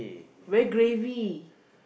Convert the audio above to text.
very gravy